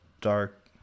dark